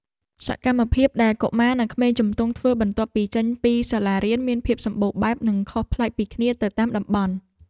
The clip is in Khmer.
សកម្មភាពដែលកុមារនិងក្មេងជំទង់ធ្វើបន្ទាប់ពីចេញពីសាលារៀនមានភាពសម្បូរបែបនិងខុសប្លែកពីគ្នាទៅតាមតំបន់។